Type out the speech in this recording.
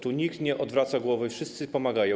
Tu nikt nie odwraca głowy, wszyscy pomagają.